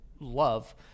love